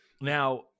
Now